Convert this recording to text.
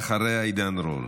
אחריה, עידן רול.